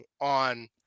on